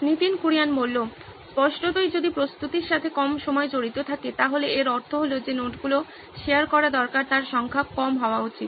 নীতিন কুরিয়ান স্পষ্টতই যদি প্রস্তুতির সাথে কম সময় জড়িত থাকে তাহলে এর অর্থ হলো যে নোটগুলি শেয়ার করা দরকার তার সংখ্যা কম হওয়া উচিত